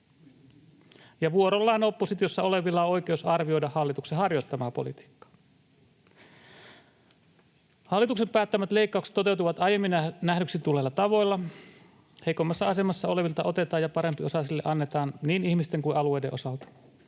vuorollaan oppositiossa olevilla on oikeus arvioida hallituksen harjoittamaa politiikkaa. Hallituksen päättämät leikkaukset toteutuvat aiemmin nähdyksi tulleilla tavoilla: heikoimmassa asemassa olevilta otetaan ja parempiosaisille annetaan, niin ihmisten kuin alueiden osalta.